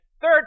third